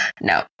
no